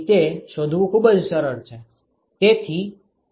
તેથી તે શોધવું ખૂબ જ સરળ છે